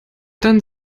dann